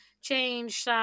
change